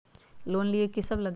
Loan लिए की सब लगी?